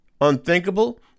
unthinkable